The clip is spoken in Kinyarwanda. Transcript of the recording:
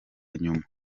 nyuma